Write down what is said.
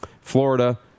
Florida